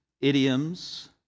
idioms